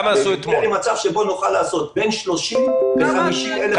נגיע למצב שבו נוכל לעשות בין 30,000 50,000 בדיקות ביום.